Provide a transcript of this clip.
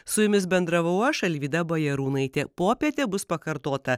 su jumis bendravau aš alvyda bajarūnaitė popietė bus pakartota